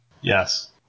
yes